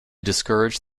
discourage